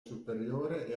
superiore